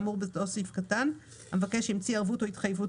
לפי סעיף קטן (ג)(1) כי על המבקש להמציא ערבות או התחייבות